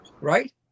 right